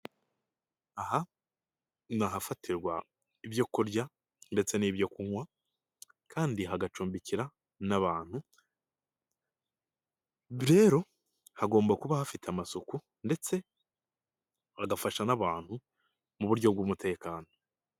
Aha ni ahafatirwa ibyo kurya ndetse n'ibyo kunywa kandi hagacumbikira n'abantu rero hagomba kuba hafite amasuku ndetse bagafasha n'abantu mu buryo bw'umutekano.